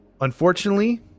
unfortunately